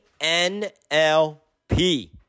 NLP